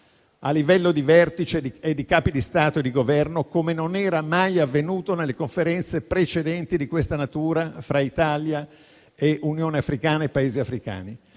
a livello di vertici e di Capi di Stato e di Governo come non era mai avvenuto nelle conferenze precedenti di questa natura fra Italia e Unione africana o Paesi africani.